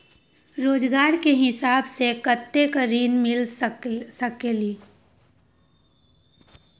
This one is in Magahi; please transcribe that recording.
रोजगार के हिसाब से कतेक ऋण मिल सकेलि?